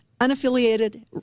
unaffiliated